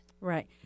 Right